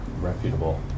reputable